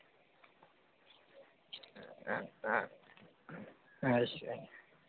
अच्छा